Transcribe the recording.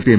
P M